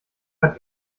hat